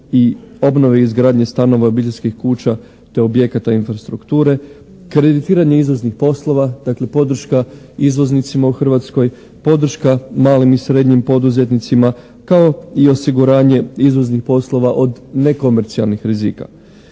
i obnove i izgradnje stanova i obiteljskih kuća te objekata infrastrukture, kreditiranje izvoznih poslova, dakle podrška izvoznicima u Hrvatskoj, podrška malim i srednjim poduzetnicima kao i osiguranje izvoznih poslova od nekomercijalnih rizika.